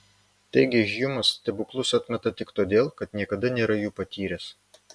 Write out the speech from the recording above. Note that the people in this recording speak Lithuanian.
taigi hjumas stebuklus atmeta tik todėl kad niekada nėra jų patyręs